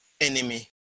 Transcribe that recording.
enemy